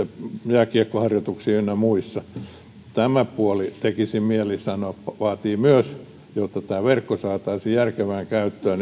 jääkiekkoharjoituksiin ynnä muihin tämä puoli tekisi mieli sanoa vaatii myös tarkastelua jotta verkko saataisiin järkevään käyttöön